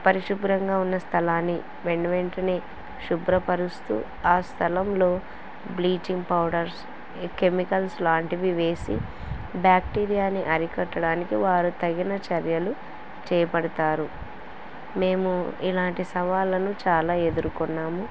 పరిశుభ్రంగా ఉన్న స్థలాన్ని వెను వెంటనే శుభ్రపరుస్తూ ఆ స్థలంలో బ్లీచింగ్ పౌడర్స్ కెమికల్స్ లాంటివి వేసి బ్యాక్టీరియాని అరికట్టడానికి వారు తగిన చర్యలు చేబడతారు మేము ఇలాంటి సవాళ్ళను చాలా ఎదుర్కొన్నాము